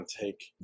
take